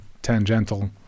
tangential